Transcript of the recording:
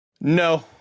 No